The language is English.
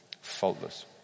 faultless